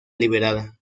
liberada